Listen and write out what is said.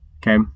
Okay